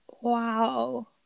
Wow